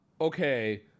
okay